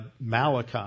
Malachi